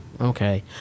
Okay